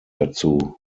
dazu